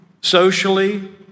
socially